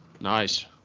Nice